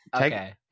Okay